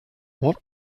what